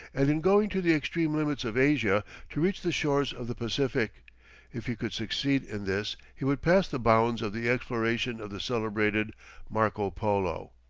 and in going to the extreme limits of asia, to reach the shores of the pacific if he could succeed in this he would pass the bounds of the explorations of the celebrated marco polo.